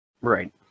Right